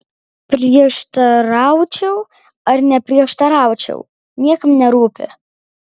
prieštaraučiau ar neprieštaraučiau niekam nerūpi